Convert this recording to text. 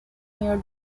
near